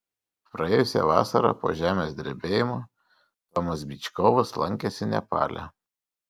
praėjusią vasarą po žemės drebėjimo tomas byčkovas lankėsi nepale